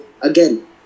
again